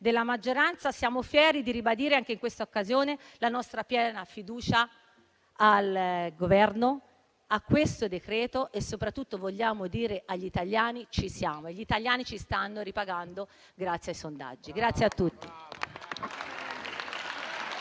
della maggioranza, siamo fieri di ribadire, anche in questa occasione, la nostra piena fiducia al Governo e a questo decreto. Soprattutto, vogliamo dire agli italiani che ci siamo. E gli italiani ci stanno ripagando, come dicono i sondaggi.